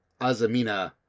Azamina